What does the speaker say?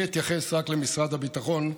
אני אתייחס רק למשרד הביטחון,